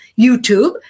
YouTube